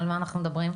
על מה אנחנו מדברים?